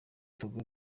togo